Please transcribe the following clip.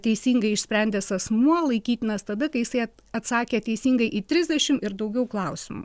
teisingai išsprendęs asmuo laikytinas tada kai jisai atsakė teisingai į trisdešim ir daugiau klausimų